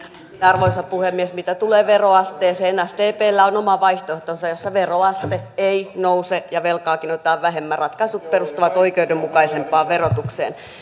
arvoisa puhemies mitä tulee veroasteeseen niin sdpllä on oma vaihtoehtonsa jossa veroaste ei nouse ja velkaakin otetaan vähemmän ratkaisut perustuvat oikeudenmukaisempaan verotukseen